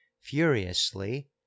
furiously